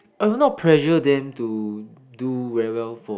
I will not pressure them to do very well for